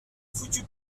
foutu